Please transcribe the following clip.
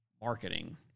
marketing